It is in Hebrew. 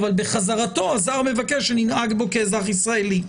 אבל בחזרתו הזר מבקש שננהג בו כבאזרח ישראלי.